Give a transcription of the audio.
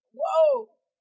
whoa